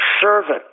Servant